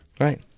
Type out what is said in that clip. Right